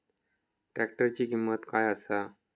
ट्रॅक्टराची किंमत काय आसा?